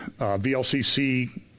VLCC